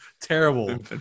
terrible